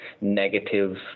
negative